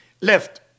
left